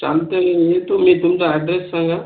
चालतंय येतो मी तुमचा ॲड्रेस सांगा